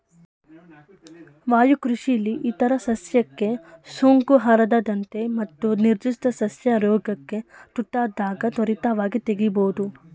ವಾಯುಕೃಷಿಲಿ ಇತರ ಸಸ್ಯಕ್ಕೆ ಸೋಂಕು ಹರಡದಂತೆ ಮತ್ತು ನಿರ್ಧಿಷ್ಟ ಸಸ್ಯ ರೋಗಕ್ಕೆ ತುತ್ತಾದಾಗ ತ್ವರಿತವಾಗಿ ತೆಗಿಬೋದು